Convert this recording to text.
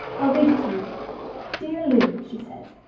i'll read it to you dear lou, she says,